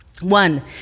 One